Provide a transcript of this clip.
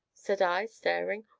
said i, staring.